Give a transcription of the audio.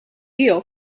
deal